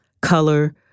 color